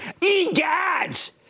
E-gads